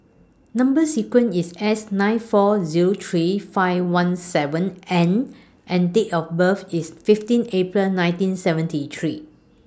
Number sequence IS S nine four Zero three five one seven N and Date of birth IS fifteen April nineteen seventy three